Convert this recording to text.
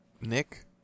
Nick